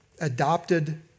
adopted